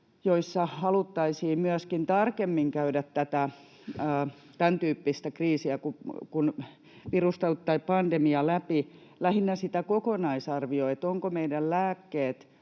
joissa haluttaisiin myöskin tarkemmin käydä läpi tämäntyyppistä kriisiä kuin pandemia, lähinnä kokonaisarviota siitä, ovatko meidän lääkkeet